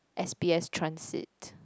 s_b_s Transit